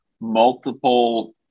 multiple